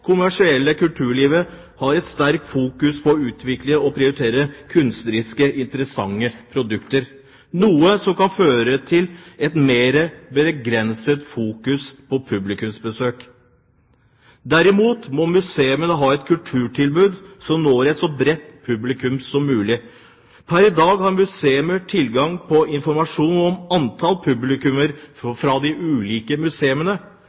ikkekommersielle kulturlivet har et sterkt søkelys på å utvikle og prioritere kunstnerisk interessante produkter, noe som kan føre til et mer begrenset fokus på publikumsbesøk. Derimot må museene ha et kulturtilbud som når et så bredt publikum som mulig. Per i dag har museene tilgang på informasjon om antall publikummere ved de ulike museene, men liten kunnskap om hvilke grupper som nås av tilbudene, og